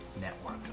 network